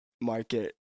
market